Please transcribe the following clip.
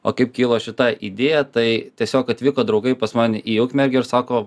o kaip kilo šita idėja tai tiesiog atvyko draugai pas mane į ukmergę ir sako